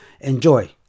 Enjoy